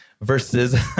Versus